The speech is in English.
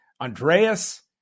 Andreas